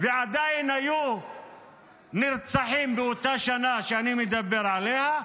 ועדיין היו נרצחים באותה שנה שאני מדבר עליה,